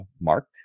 Mark